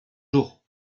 jour